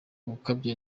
gukabya